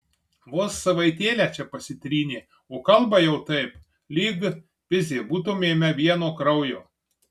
vos savaitėlę čia pasitrynė o kalba jau taip lyg pizė būtumėme vieno kraujo